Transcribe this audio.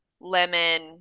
lemon